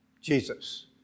Jesus